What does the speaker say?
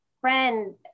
friend